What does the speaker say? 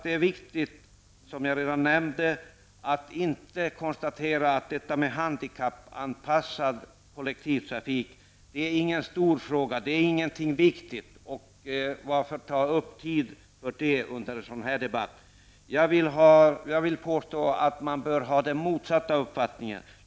Det är, som jag redan har nämnt, viktigt att man inte säger att handikappanpassningen av kollektivtrafiken inte är någon stor fråga. Det är fel att säga att frågan inte är viktig och att man inte bör ta upp tid med frågan under en sådan här debatt. Jag vill påstå att man bör ha den motsatta uppfattningen.